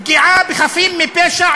פגיעה בחפים מפשע,